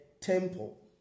temple